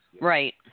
Right